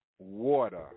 Water